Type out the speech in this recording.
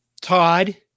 Todd